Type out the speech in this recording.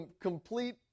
complete